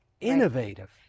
innovative